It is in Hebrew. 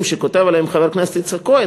שכותב עליהם חבר הכנסת יצחק כהן,